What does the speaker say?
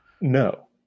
No